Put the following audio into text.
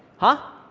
huh?